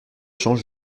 champs